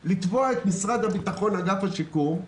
כדי לתבוע את משרד הביטחון, את אגף השיקום,